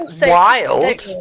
wild